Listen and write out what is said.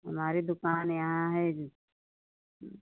हमारी दुकान यहाँ है